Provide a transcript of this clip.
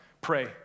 pray